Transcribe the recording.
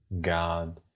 God